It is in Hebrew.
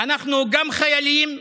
אנחנו גם חיילים,